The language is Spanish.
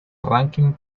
ranking